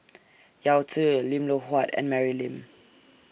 Yao Zi Lim Loh Huat and Mary Lim